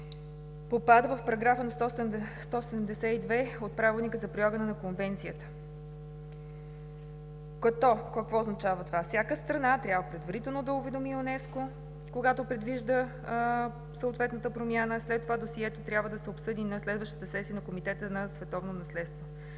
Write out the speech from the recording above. попада в § 172 от Правилника за прилагане на Конвенцията. Какво означава това? Всяка страна трябва предварително да уведоми ЮНЕСКО, когато предвижда съответната промяна, а след това досието трябва да се обсъди на следващата сесия на Комитета за Световното наследство,